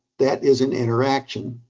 that is an interaction.